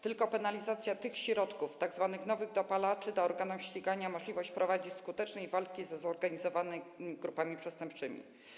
Tylko penalizacja tych środków, tzw. nowych dopalaczy, da organom ścigania możliwość prowadzenia skutecznej walki ze zorganizowanymi grupami przestępczymi.